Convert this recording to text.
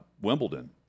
Wimbledon